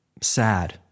sad